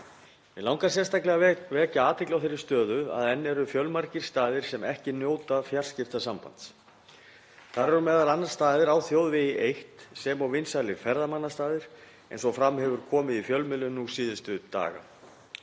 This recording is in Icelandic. Mig langar sérstaklega að vekja athygli á þeirri stöðu að enn eru fjölmargir staðir sem ekki njóta fjarskiptasambands. Þar eru m.a. staðir á þjóðvegi eitt sem og vinsælir ferðamannastaðir, eins og fram hefur komið í fjölmiðlum síðustu daga.